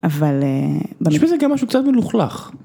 אבל זה גם משהו קצת מלוכלך.